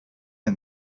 and